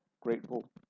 Grateful